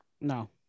No